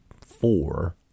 four